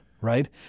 right